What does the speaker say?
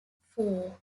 four